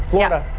yeah,